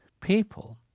people